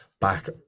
back